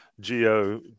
Geo